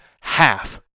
half